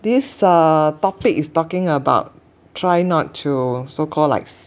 this uh topic is talking about try not to so called like